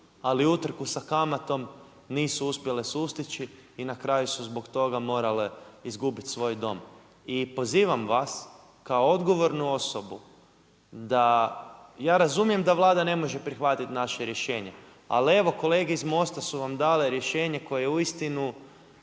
ali utrku sa kamatom nisu uspjele sustići i na kraju su zbog toga morale izgubiti svoj dom. I pozivam vas kao odgovornu osobu da, ja razumijem da Vlada ne može prihvatiti naše rješenje, ali evo kolege iz Most-a su vam dale rješenje koje je uistinu